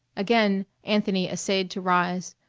again anthony essayed to rise,